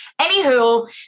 Anywho